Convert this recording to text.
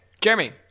Jeremy